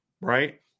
Right